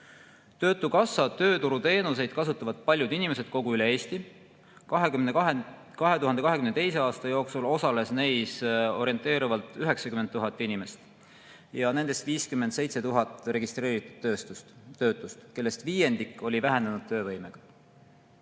Töötukassa tööturuteenuseid kasutavad paljud inimesed üle kogu Eesti. 2022. aasta jooksul osales neis orienteeruvalt 90 000 inimest, kelle seas oli 57 000 registreeritud töötut ja neist omakorda viiendik oli vähenenud töövõimega.